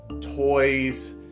toys